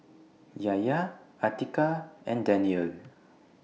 Yahya Atiqah and Daniel